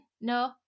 No